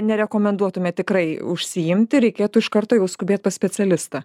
nerekomenduotumėt tikrai užsiimti reikėtų iš karto jau skubėt pas specialistą